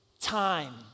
time